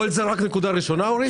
כל זה זה רק הנקודה הראשונית, אורית?